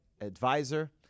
advisor